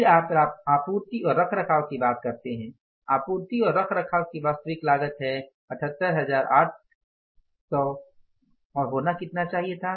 फिर आप आपूर्ति और रखरखाव की बात करते है आपूर्ति और रखरखाव की वास्तविक लागत है 788000 कितना होना चाहिए था